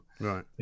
Right